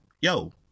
Yo